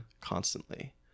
constantly